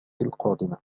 القادمة